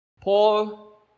Paul